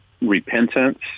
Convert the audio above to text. repentance